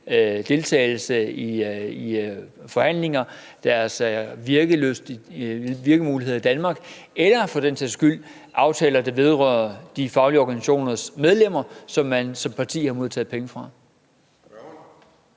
deltagelse i forhandlinger, deres virkemuligheder i Danmark, eller for den sags skyld i aftaler, der vedrører de faglige organisationers medlemmer, som man som parti har modtaget penge fra.